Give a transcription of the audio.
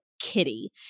Kitty